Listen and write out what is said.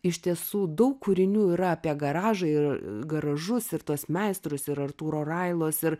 iš tiesų daug kūrinių yra apie garažą ir garažus ir tuos meistrus ir artūro railos ir